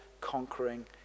conquering